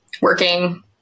working